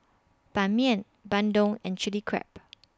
Ban Mian Bandung and Chilli Crab